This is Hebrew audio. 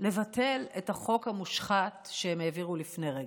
לבטל את החוק המושחת שהם העבירו לפני רגע.